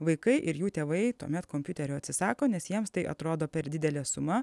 vaikai ir jų tėvai tuomet kompiuterio atsisako nes jiems tai atrodo per didelė suma